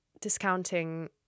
discounting